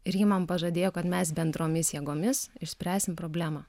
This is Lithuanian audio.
ir ji man pažadėjo kad mes bendromis jėgomis išspręsim problemą